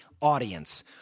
audience